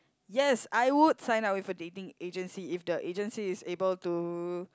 yes I would sign up with a dating agency if the agency is able to